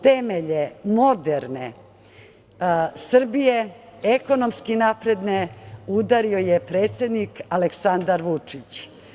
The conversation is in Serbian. Temelje moderne Srbije, ekonomski napredne, udario je predsednik Aleksandar Vučić.